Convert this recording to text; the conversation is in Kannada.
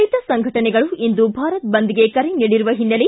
ರೈತ ಸಂಘಟನೆಗಳು ಇಂದು ಭಾರತ್ ಬಂದ್ಗೆ ಕರೆ ನೀಡಿರುವ ಹಿನ್ನೆಲೆ